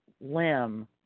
limb